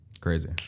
crazy